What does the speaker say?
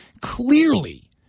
clearly